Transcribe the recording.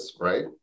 right